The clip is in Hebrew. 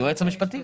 היועץ המשפטי.